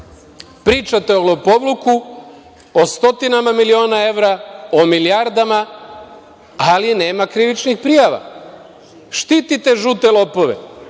pričate o lopovluku, o stotinama miliona evra, o milijardama, ali nema krivičnih prijava. Štitite žute lopove.